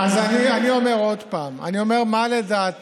אז אני אומר עוד פעם: אני אומר מה לדעתי